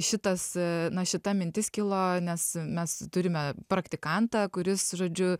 šitas na šita mintis kilo nes mes turime praktikantą kuris žodžiu